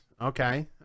okay